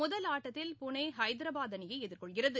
முதல் ஆட்டத்தில் புனே ஐதராபாத் அணியை எதிர்கொள்கிறது